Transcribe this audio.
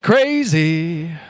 Crazy